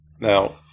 Now